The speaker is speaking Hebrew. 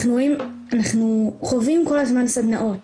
אנחנו חווים כל הזמן סדנאות